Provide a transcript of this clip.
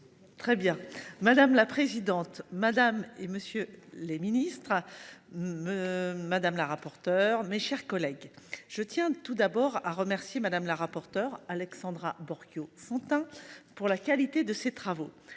Très bien, madame la présidente madame et monsieur les ministres me madame la rapporteure, mes chers collègues, je tiens tout d'abord à remercier Madame la rapporteure Alexandra. Borchio-Fontimp pour la qualité de ses travaux